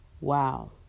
wow